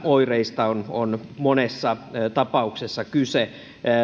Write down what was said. oireista on on monessa tapauksessa kyse